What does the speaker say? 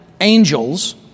angels